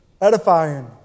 edifying